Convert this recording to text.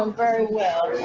um very well.